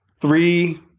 three